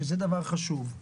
שזה דבר חשוב.